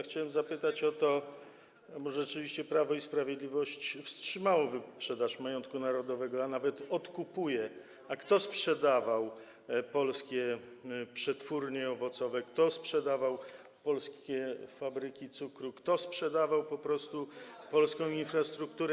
Chciałbym zapytać, bo rzeczywiście Prawo i Sprawiedliwość wstrzymało wyprzedaż majątku narodowego, a nawet odkupuje, kto sprzedawał polskie przetwórnie owocowe, kto sprzedawał polskie fabryki cukru, kto sprzedawał po prostu polską infrastrukturę.